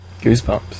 Goosebumps